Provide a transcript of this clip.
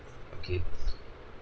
okay